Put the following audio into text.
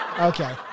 Okay